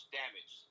damage